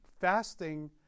fasting